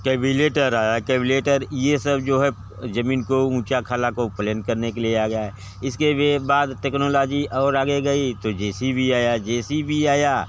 cultivator आया कैबिलेटर ये सब जो है ज़मीन को ऊँचा खला को प्लेन करने के लिए आ गया है इसके बाद टेक्नोलाजी और आगे गई तो जे सी बी आया जे सी बी आया